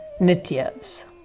Nityas